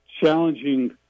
challenging